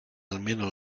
almeno